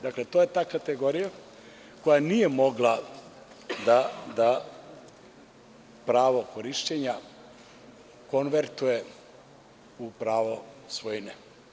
Dakle, to je ta kategorija koja nije mogla da pravo korišćenja konvertuje u pravo svojine.